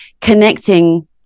connecting